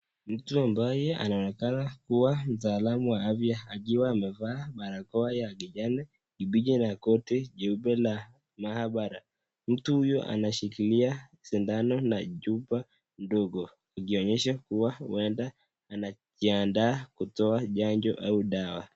MTU ambaye anaonekana kubwa mtaalam wa afya akiwa amevaa barakoa